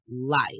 life